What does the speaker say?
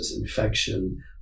infection